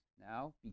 Now